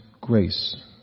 grace